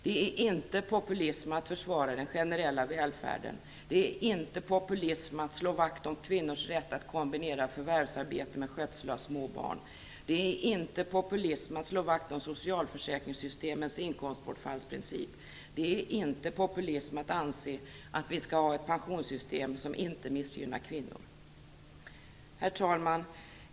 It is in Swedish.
Det är inte populism att försvara den generella välfärden, det är inte populism att slå vakt om kvinnors rätt att kombinera förvärvsarbete med skötsel av små barn, det är inte populism att slå vakt om socialförsäkringssystemens inkomstbortfallsprincip, det är inte populism att anse att vi skall ha ett pensionssystem som inte missgynnar kvinnor. Herr talman!